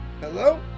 Hello